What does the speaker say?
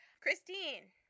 Christine